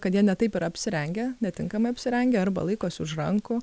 kad jie ne taip yra apsirengę netinkamai apsirengę arba laikosi už rankų